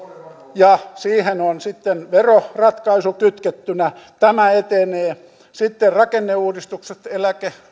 siihen on sitten veroratkaisu kytkettynä tämä etenee sitten rakenneuudistukset eläke